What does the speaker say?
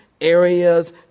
areas